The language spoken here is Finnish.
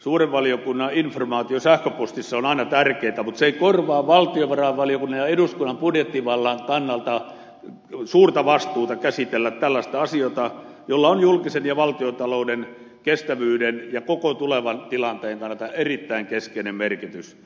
suuren valiokunnan informaatio sähköpostissa on aina tärkeätä mutta se ei korvaa valtiovarainvaliokunnan ja eduskunnan budjettivallan kannalta suurta vastuuta käsitellä tällaista asiaa jolla on julkisen talouden ja valtiontalouden kestävyyden ja koko tulevan tilanteen kannalta erittäin keskeinen merkitys